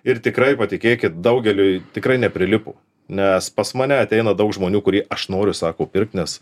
ir tikrai patikėkit daugeliui tikrai neprilipo nes pas mane ateina daug žmonių kurie aš noriu sako pirkt nes